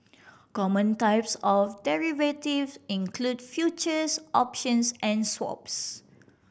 common types of derivatives include futures options and swaps